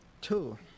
Two